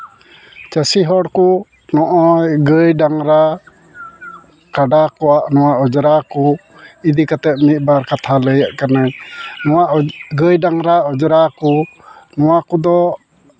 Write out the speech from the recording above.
ᱪᱟᱹᱥᱤ ᱦᱚᱲ ᱠᱚ ᱱᱚᱜᱼᱚᱸᱭ ᱜᱟᱹᱭ ᱰᱟᱝᱨᱟ ᱠᱟᱰᱟ ᱠᱚᱣᱟᱜ ᱱᱚᱣᱟ ᱚᱸᱡᱽᱨᱟ ᱠᱚ ᱤᱫᱤ ᱠᱟᱛᱮᱫ ᱢᱤᱫ ᱵᱟᱨ ᱠᱟᱛᱷᱟ ᱞᱟᱹᱭᱟᱜ ᱠᱟᱱᱟ ᱱᱚᱣᱟ ᱜᱟᱹᱭ ᱰᱟᱝᱨᱟ ᱚᱸᱡᱽᱨᱟ ᱠᱚ ᱱᱚᱣᱟ ᱠᱚᱫᱚ